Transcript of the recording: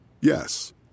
Yes